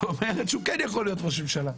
ואומרת שהוא כן יכול להיות ראש הממשלה.